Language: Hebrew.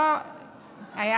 בעקבות בג"ץ פר"ח.